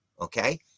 Okay